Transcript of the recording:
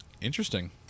Interesting